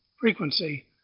frequency